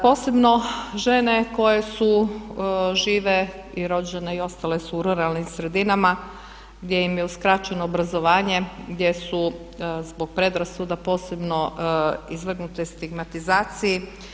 Posebno žene koje su žive i rođene i ostale su u ruralnim sredinama gdje im je uskraćeno obrazovanje, gdje su zbog predrasuda posebno izvrgnute stigmatizaciji.